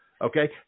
okay